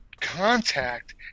contact